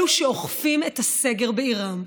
אלה שאוכפים את הסגר בעירם.